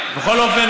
בכל אופן,